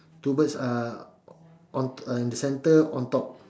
two birds uh on on the center on top